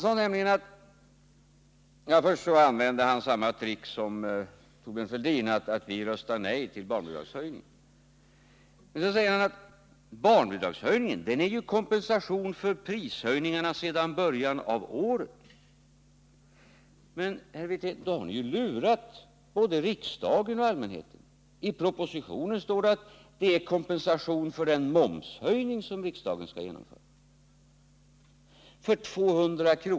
Sedan han använt samma trick som Thorbjörn Fälldin och påstått att vi säger nej till en barnbidragshöjning säger han att barnbidragshöjningen är en kompensation också för prishöjningarna sedan början av året. Men, herr Wirtén, då har ni ju lurat både riksdagen och allmänheten. I propositionen står det att den är kompensation för den momshöjning som riksdagen skall fatta beslut om. 200 kr.